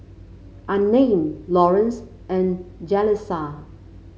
Unnamed Lawrence and Jaleesa